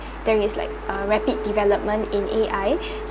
there is like a rapid development in A_I